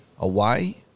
away